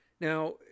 Now